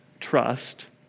trust